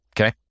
Okay